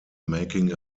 making